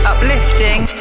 Uplifting